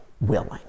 willing